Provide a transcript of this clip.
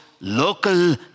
local